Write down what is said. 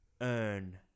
earn